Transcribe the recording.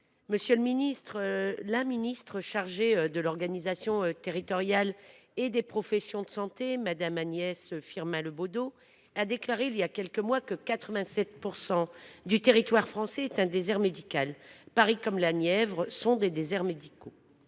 Monsieur le ministre, la ministre chargée de l’organisation territoriale et des professions de santé, Mme Agnès Firmin Le Bodo, a déclaré, voilà quelques mois, que le territoire français était, à 87 %, un désert médical. Paris comme la Nièvre sont des déserts médicaux